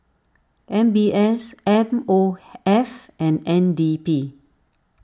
M B S M O F and N D P